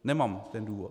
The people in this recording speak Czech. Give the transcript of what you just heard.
Nemám ten důvod.